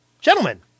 Gentlemen